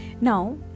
Now